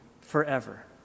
forever